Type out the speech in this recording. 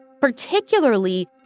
Particularly